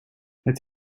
het